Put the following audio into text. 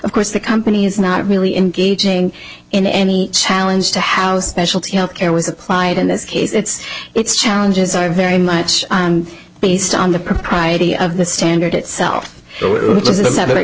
of course the company is not really engaging in any challenge to how specialty healthcare was applied in this case it's its challenges are very much based on the propriety of the standard itself